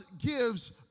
gives